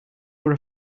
were